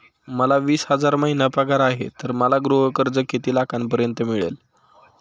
मला वीस हजार महिना पगार आहे तर मला गृह कर्ज किती लाखांपर्यंत मिळेल?